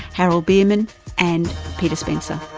harold bierman and peter spencer.